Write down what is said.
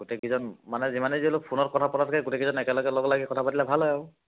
গোটেইকেইজন মানে যিমান যি হ'লেও ফোনত কথা পতাতকৈ গোটেইকেইজন একেলগে লগ লাগি কথা পাতিলে ভাল হয় আৰু